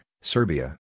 Serbia